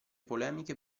polemiche